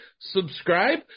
subscribe